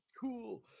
cool